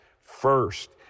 first